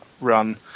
run